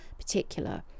particular